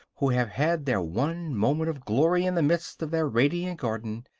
who have had their one moment of glory in the midst of their radiant garden,